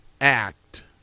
act